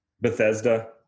Bethesda